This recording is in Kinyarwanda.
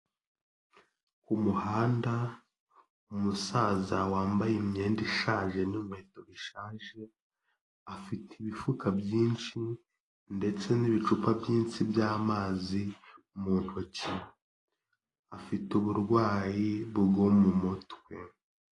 Umuhanda umusaza wambaye imyenda ishaje n'inkweto bishaje, afite ibifuka byinshi ndetse n'ibicupa byinshi by'amazi mu ntoki, afite uburwayi bwo mu mutwe.